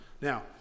now